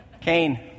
Cain